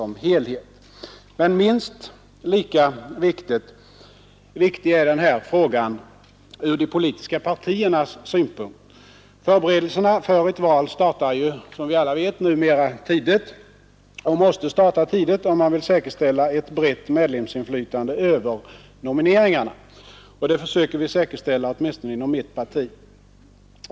Men minst lika viktig är denna fråga ur de politiska partiernas synpunkt. Förberedelserna för ett val startar ju numera tidigt. De måste starta tidigt om man vill säkerställa ett brett medlemsinflytande över nomineringarna — och det försöker vi säkerställa åtminstone inom mitt parti.